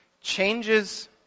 changes